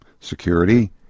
Security